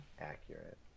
accurate